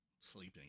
Sleeping